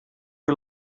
you